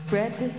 Bread